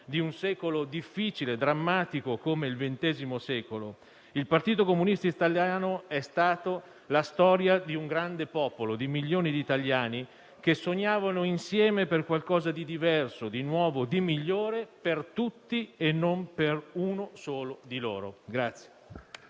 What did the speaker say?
di un secolo difficile e drammatico come il XX, il Partito Comunista italiano è stato la storia di un grande popolo, di milioni di italiani che sognavano insieme qualcosa di diverso, di nuovo e di migliore per tutti e non per uno solo di loro.